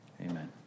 amen